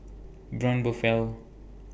Braun Buffel